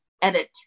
edit